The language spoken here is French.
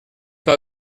pas